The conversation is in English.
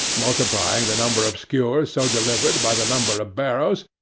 multiplying the number of skewers so delivered by the number of barrows,